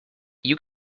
you